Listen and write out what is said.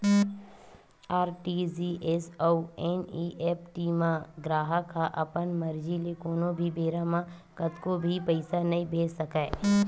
RTGS अउ NEFT म गराहक ह अपन मरजी ले कोनो भी बेरा म कतको भी पइसा नइ भेज सकय